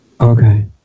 okay